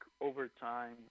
overtime